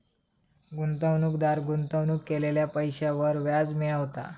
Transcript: गुंतवणूकदार गुंतवणूक केलेल्या पैशांवर व्याज मिळवता